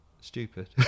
Stupid